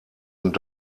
und